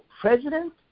president